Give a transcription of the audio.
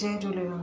Jay Jhulelal